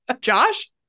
Josh